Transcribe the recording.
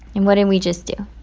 and what did we just do?